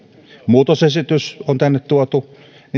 muutosesitys on tänne tuotu niin